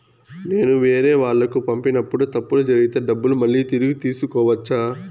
నేను వేరేవాళ్లకు పంపినప్పుడు తప్పులు జరిగితే డబ్బులు మళ్ళీ తిరిగి తీసుకోవచ్చా?